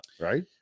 Right